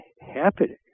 happening